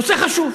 נושא חשוב.